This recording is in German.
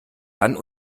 dann